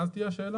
ואז תהיה השאלה?